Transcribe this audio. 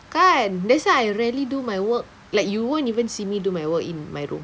kan that's why I rarely do my work like you won't even see me do my work in my room